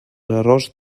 errors